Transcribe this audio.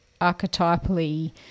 archetypally